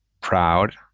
proud